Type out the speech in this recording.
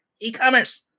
E-commerce